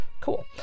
Cool